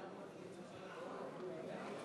המציע חבר הכנסת ג'בארין,